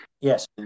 yes